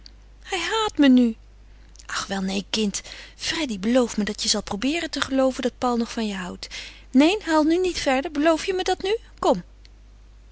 hij haat me nu ach wel neen kind freddy beloof me dat je zal probeeren te gelooven dat paul nog van je houdt neen huil niet verder beloof je me dat nu kom